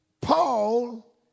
Paul